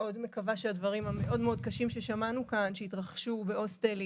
מאוד מקווה שהדברים המאוד קשים ששמענו כאן שהתרחשו בהוסטלים